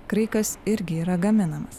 kraikas irgi yra gaminamas